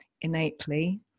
innately